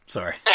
Sorry